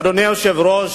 אדוני היושב-ראש,